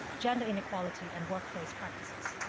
gender inequality, and workplace practices.